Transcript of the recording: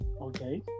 Okay